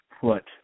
put